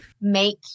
make